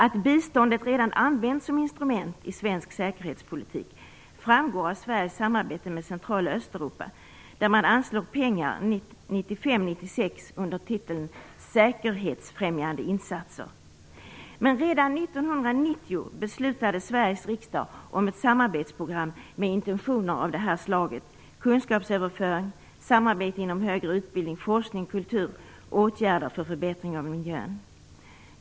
Att biståndet redan använts som instrument i svensk säkerhetspolitik framgår av Sveriges samarbete med Central och Östeuropa. Man anslår pengar Men redan 1990 beslutade Sveriges riksdag om ett samarbetsprogram med intentioner av det här slaget, kunskapsöverföring, samarbete inom högre utbildning, forskning, kultur, åtgärder för förbättring av miljön.